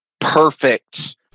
Perfect